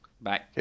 Bye